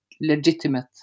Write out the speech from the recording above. legitimate